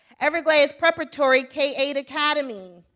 everglades preparatory k eight academy,